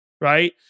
right